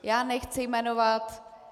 Já nechci jmenovat.